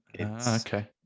Okay